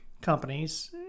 companies